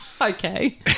Okay